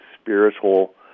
spiritual